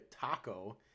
taco